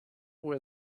were